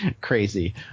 crazy